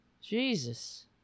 Jesus